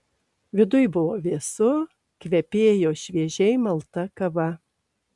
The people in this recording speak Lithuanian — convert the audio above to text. viduj buvo vėsu kvepėjo šviežiai malta kava